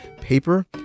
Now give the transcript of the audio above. paper